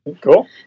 Cool